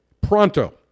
pronto